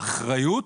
יש אחריות